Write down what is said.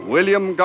William